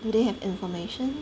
so they have information